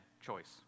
choice